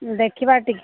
ଦେଖିବା ଟିକେ